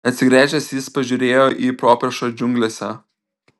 atsigręžęs jis pažiūrėjo į properšą džiunglėse